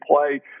play